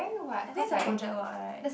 I think it's a project work right